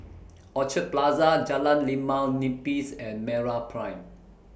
Orchard Plaza Jalan Limau Nipis and Meraprime